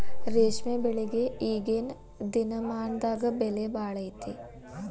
ರೇಶ್ಮೆ ಬೆಳಿಗೆ ಈಗೇನ ದಿನಮಾನದಾಗ ಬೆಲೆ ಭಾಳ ಐತಿ